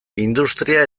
industria